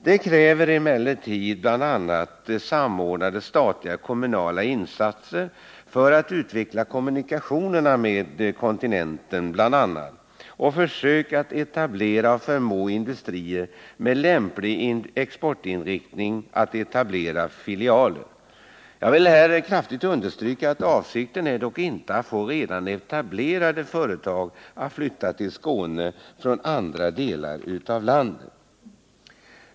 Detta kräver emellertid bl.a. samordnade statliga och kommunala insatser för att utveckla kommunikationerna med kontinenten och försök att nyetablera och förmå industrier med lämplig exportinriktning att etablera filialer. Jag vill här kraftigt understryka att avsikten dock inte är att få redan etablerade företag att flytta till Skåne från andra delar av landet.